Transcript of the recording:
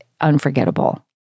unforgettable